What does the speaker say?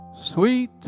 Sweet